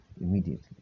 immediately